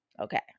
Okay